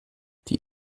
die